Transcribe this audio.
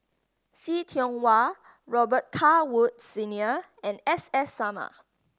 See Tiong Wah Robet Carr Woods Senior and S S Sarma